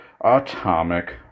Atomic